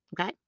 Okay